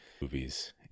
movies